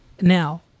Now